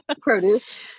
produce